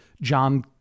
John